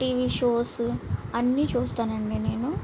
TV shows అన్ని చూస్తాను అండి నేను